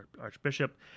archbishop